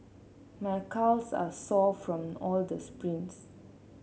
my calves are sore from all the sprints